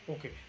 Okay